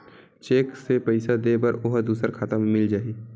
Cheque से पईसा दे बर ओहा दुसर खाता म मिल जाही?